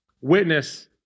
witness